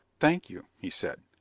thank you, he said.